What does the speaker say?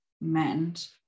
meant